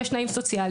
יש תנאים סוציאליים